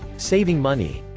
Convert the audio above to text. saving money.